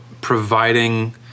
providing